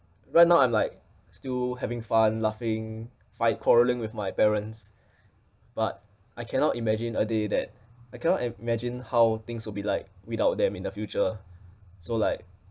right now I'm like still having fun laughing fight quarrelling with my parents but I cannot imagine a day that I cannot imagine how things will be like without them in the future so like